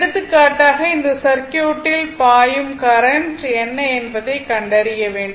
எடுத்துக்காட்டாக இந்த சர்க்யூட்டில் r பாயும் கரண்ட் என்ன என்பதைக் கண்டறிய வேண்டும்